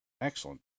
Excellent